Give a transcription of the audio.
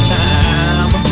time